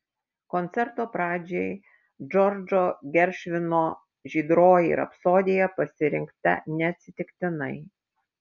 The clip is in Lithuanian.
koncerto pradžiai džordžo geršvino žydroji rapsodija pasirinkta neatsitiktinai